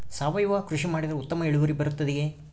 ಸಾವಯುವ ಕೃಷಿ ಮಾಡಿದರೆ ಉತ್ತಮ ಇಳುವರಿ ಬರುತ್ತದೆಯೇ?